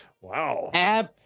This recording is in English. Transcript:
Wow